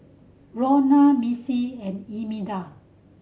Rhona Missy and Imelda